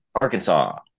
Arkansas